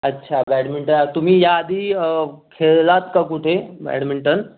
अच्छा बॅडमिंटन तुम्ही या आधी खेळलात का कुठे बॅडमिंटन